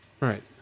right